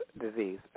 disease